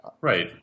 Right